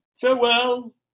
Farewell